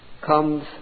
comes